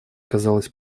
казалось